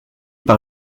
par